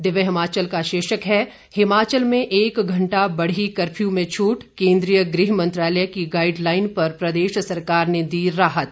दिव्य हिमाचल का शीर्षक है हिमाचल में एक घंटा बढ़ी कर्फ्यू में छूट केन्द्रीय गृहमंत्रालय की गाइडलाइन पर प्रदेश सरकार ने दी राहत